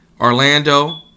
Orlando